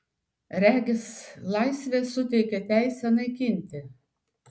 regis laisvė suteikia teisę naikinti